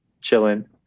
chilling